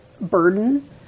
burden